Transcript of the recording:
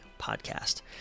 podcast